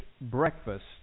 breakfast